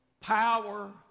power